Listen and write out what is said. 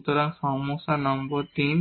সুতরাং সমস্যা নম্বর 3